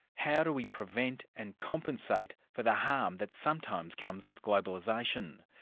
how do we prevent and compensate for the harm that sometimes comes with globalisation?